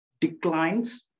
declines